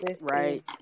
right